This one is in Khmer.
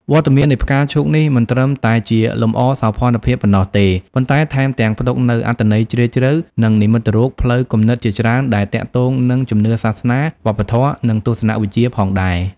វត្តមាននៃផ្កាឈូកនេះមិនត្រឹមតែជាលម្អសោភ័ណភាពប៉ុណ្ណោះទេ ប៉ុន្តែថែមទាំងផ្ទុកនូវអត្ថន័យជ្រាលជ្រៅ និងនិមិត្តរូបផ្លូវគំនិតជាច្រើនដែលទាក់ទងនឹងជំនឿសាសនា វប្បធម៌ និងទស្សនវិជ្ជាផងដែរ។